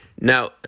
Now